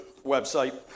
website